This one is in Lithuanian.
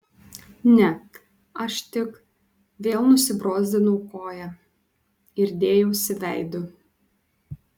ne aš tik vėl nusibrozdinau koją ir dėjausi veidu